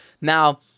Now